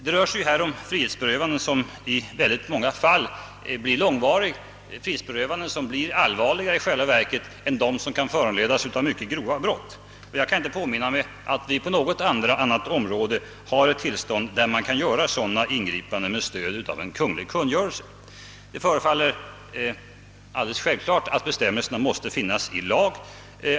Det rör sig här om frihetsberövanden som i många fall blir långvariga, frihetsberövanden som i själva verket blir allvarligare än de som kan föranledas av mycket grova brott. Jag kan inte påminna mig att vi på något annat område har ett tillstånd där man kan göra sådana ingripanden med stöd av en kunglig kungörelse. Det förefaller alldeles självklart att bestämmelserna måste finnas i en lag.